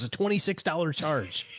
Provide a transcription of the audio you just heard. ah twenty six dollars charge.